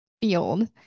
field